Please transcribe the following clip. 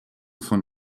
von